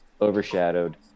overshadowed